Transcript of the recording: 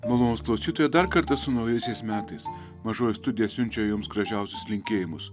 malonūs klausytojai dar kartą su naujaisiais metais mažoji studija siunčia jums gražiausius linkėjimus